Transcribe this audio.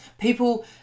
people